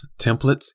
templates